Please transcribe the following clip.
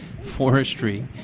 forestry